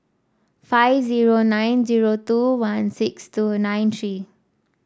five zero nine zero two one six two nine three